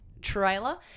trailer